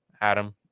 Adam